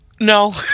No